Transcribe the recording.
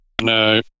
No